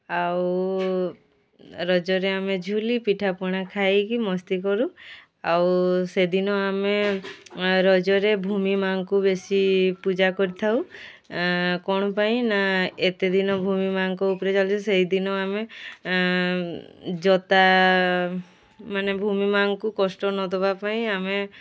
ଆଉ ରଜରେ ଆମେ ଝୁଲି ପିଠାପଣା ଖାଇକି ମସ୍ତି କରୁ ଆଉ ସେଦିନ ଆମେ ରଜରେ ଭୂମି ମା'ଙ୍କୁ ବେଶୀ ପୂଜା କରିଥାଉ କ'ଣ ପାଇଁ ନା ଏତେ ଦିନ ଭୂମି ମା'ଙ୍କ ଉପରେ ଚାଲିଛି ସେହି ଦିନ ଆମେ ଜୋତା ମାନେ ଭୂମି ମା'ଙ୍କୁ କଷ୍ଟ ନଦେବା ପାଇଁ ଆମେ